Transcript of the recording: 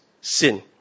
sin